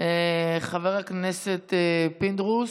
חבר הכנסת פינדרוס,